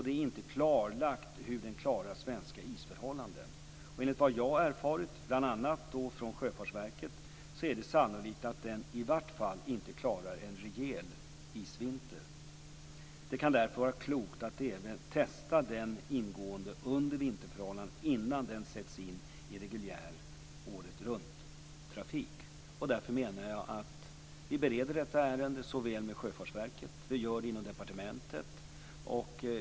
Det är inte klarlagt hur den klarar svenska isförhållanden. Enligt vad jag har erfarit, bl.a. från Sjöfartsverket, är det sannolikt att den inte klarar en rejäl isvinter. Det kan därför vara klokt att testa den ingående även under vinterförhållanden innan den sätts in i reguljär åretrunttrafik. Vi bereder detta ärende med Sjöfartsverket och inom departementet.